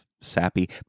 sappy